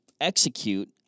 execute